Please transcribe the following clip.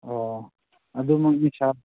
ꯑꯣ ꯑꯗꯨꯃꯛꯅꯤ ꯁꯥꯔ